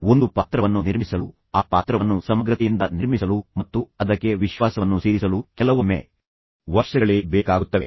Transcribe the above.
ಒಂದು ಪಾತ್ರವನ್ನು ನಿರ್ಮಿಸಲು ಆ ಪಾತ್ರವನ್ನು ಸಮಗ್ರತೆಯಿಂದ ನಿರ್ಮಿಸಲು ಮತ್ತು ಅದಕ್ಕೆ ವಿಶ್ವಾಸವನ್ನು ಸೇರಿಸಲು ಕೆಲವೊಮ್ಮೆ ವರ್ಷಗಳೇ ಬೇಕಾಗುತ್ತವೆ